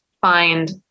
find